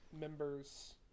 members